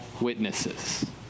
witnesses